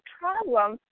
problem